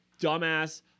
dumbass